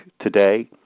today